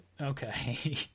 Okay